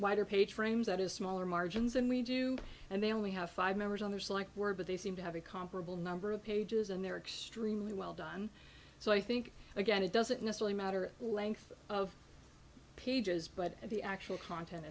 is smaller margins and we do and they only have five members on their select word but they seem to have a comparable number of pages and they're extremely well done so i think again it doesn't necessarily matter length of pages but the actual content